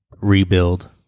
rebuild